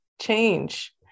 change